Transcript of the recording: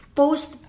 post